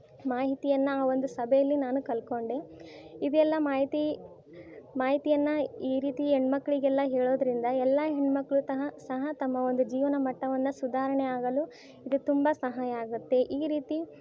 ಮಾಹಿತಿಯನ್ನು ಆ ಒಂದು ಸಭೆಯಲ್ಲಿ ನಾನು ಕಲ್ಕೊಂಡೆ ಇವೆಲ್ಲ ಮಾಹಿತಿ ಮಾಹಿತಿಯನ್ನು ಈ ರೀತಿ ಹೆಣ್ಮಕ್ಳಿಗೆಲ್ಲ ಹೇಳೋದರಿಂದ ಎಲ್ಲ ಹೆಣ್ಣುಮಕ್ಳು ತಹ ಸಹ ತಮ್ಮ ಒಂದು ಜೀವನ ಮಟ್ಟವನ್ನು ಸುಧಾರಣೆ ಆಗಲು ಇದು ತುಂಬ ಸಹಾಯ ಆಗುತ್ತೆ ಈ ರೀತಿ